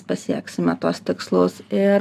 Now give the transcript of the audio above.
pasieksime tuos tikslus ir